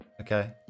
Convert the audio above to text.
okay